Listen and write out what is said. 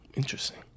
interesting